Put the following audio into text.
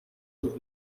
sus